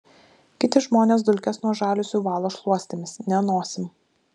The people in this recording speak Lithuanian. kiti žmonės dulkes nuo žaliuzių valo šluostėmis ne nosim